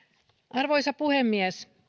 arvoisa puhemies